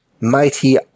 mighty